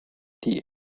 die